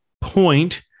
point